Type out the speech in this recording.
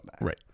Right